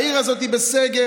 העיר הזאת בסגר.